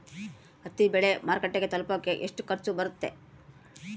ಹತ್ತಿ ಬೆಳೆ ಮಾರುಕಟ್ಟೆಗೆ ತಲುಪಕೆ ಎಷ್ಟು ಖರ್ಚು ಬರುತ್ತೆ?